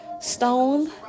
stone